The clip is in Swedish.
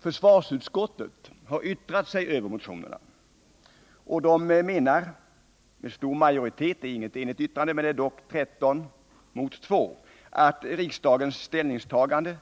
Försvarsutskottet, som har yttrat sig över motionerna, menar med stor majoritet — 13 ledamöter mot 2 — att riksdagens ställningstagande